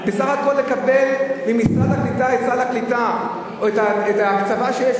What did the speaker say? בסך הכול לקבל ממשרד הקליטה את סל הקליטה או את ההקצבה שיש,